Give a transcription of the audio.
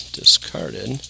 discarded